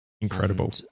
Incredible